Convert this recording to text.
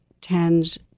tends